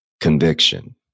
conviction